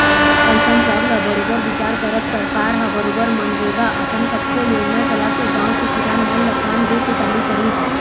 अइसन सब ल बरोबर बिचार करत सरकार ह बरोबर मनरेगा असन कतको योजना चलाके गाँव के किसान मन ल काम दे के चालू करिस